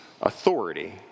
authority